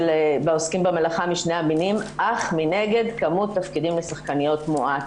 עוסקים במלאכה משני המינים אך מנגד כמות תפקידים לשחקניות מועט,